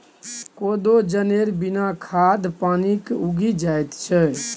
कोदो जनेर बिना खाद पानिक उगि जाएत छै